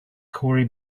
corey